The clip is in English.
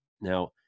Now